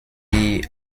die